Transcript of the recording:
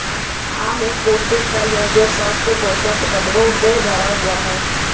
आम एक पौष्टिक फल है जो स्वस्थ पोषक तत्वों से भरा हुआ है